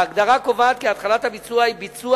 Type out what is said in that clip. ההגדרה קובעת כי התחלת הביצוע היא "ביצוע